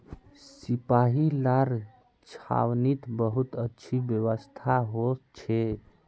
सिपाहि लार छावनीत बहुत अच्छी व्यवस्था हो छे